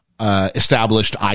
Established